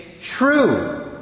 true